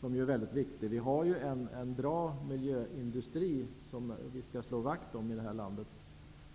Vi har här i landet en bra ''miljöindustri'', som vi skall slå vakt om